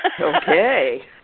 Okay